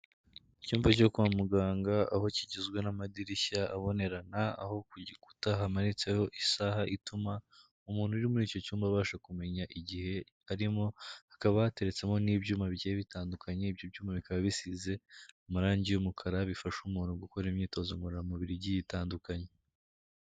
Icyumba cyo kwa muganga aho kigizwe n'amadirishya abonerana, aho ku gikuta hamanitseho isaha ituma umuntu uri muri icyo cyumba abasha kumenya igihe arimo, hakaba hateretsemo n'ibyuma bigiye bitandukanye, ibyo byuma bikaba bisize amarangi y'umukara, bifasha umuntu gukora imyitozo ngororamubiri igiye itandukanye.